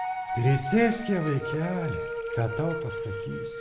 prisėski vaikeli ką tau pasakysiu